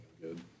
good